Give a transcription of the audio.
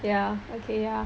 ya